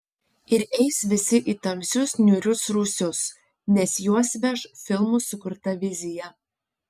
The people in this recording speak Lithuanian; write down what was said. ir eis visi į tamsius niūrius rūsius nes juos veš filmų sukurta vizija